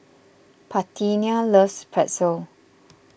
Parthenia loves Pretzel